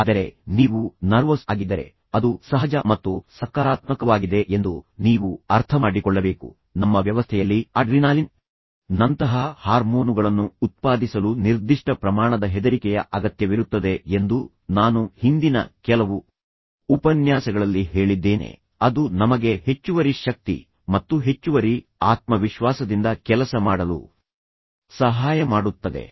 ಆದರೆ ನೀವು ನರ್ವಸ್ ಆಗಿದ್ದರೆ ಅದು ಸಹಜ ಮತ್ತು ಸಕಾರಾತ್ಮಕವಾಗಿದೆ ಎಂದು ನೀವು ಅರ್ಥಮಾಡಿಕೊಳ್ಳಬೇಕು ನಮ್ಮ ವ್ಯವಸ್ಥೆಯಲ್ಲಿ ಅಡ್ರಿನಾಲಿನ್ ನಂತಹ ಹಾರ್ಮೋನುಗಳನ್ನು ಉತ್ಪಾದಿಸಲು ನಿರ್ದಿಷ್ಟ ಪ್ರಮಾಣದ ಹೆದರಿಕೆಯ ಅಗತ್ಯವಿರುತ್ತದೆ ಎಂದು ನಾನು ಹಿಂದಿನ ಕೆಲವು ಉಪನ್ಯಾಸಗಳಲ್ಲಿ ಹೇಳಿದ್ದೇನೆ ಅದು ನಮಗೆ ಹೆಚ್ಚುವರಿ ಶಕ್ತಿ ಮತ್ತು ಹೆಚ್ಚುವರಿ ಆತ್ಮವಿಶ್ವಾಸದಿಂದ ಕೆಲಸ ಮಾಡಲು ಸಹಾಯ ಮಾಡುತ್ತದೆ